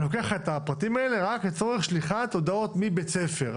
אני לוקח לך את הפרטים האלה רק לצורך שליחת הודעות מבית ספר,